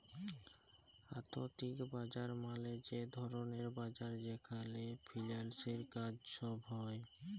আথ্থিক বাজার মালে যে ধরলের বাজার যেখালে ফিল্যালসের কাজ ছব হ্যয়